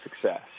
success